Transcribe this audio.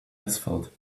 asphalt